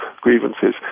grievances